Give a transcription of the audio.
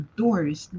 doors